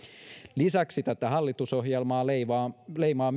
lisäksi tätä hallitusohjelmaa leimaa leimaa